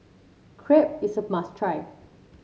crepe is a must try